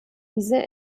diese